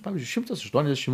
pavyzdžiui šimtas aštuoniasdešim